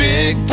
Big